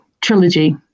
trilogy